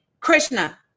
Krishna